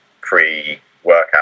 pre-workout